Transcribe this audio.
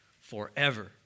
forever